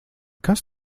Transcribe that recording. kas